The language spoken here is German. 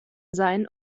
sein